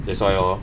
that's why lor